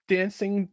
dancing